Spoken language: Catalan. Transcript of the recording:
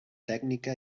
tècnica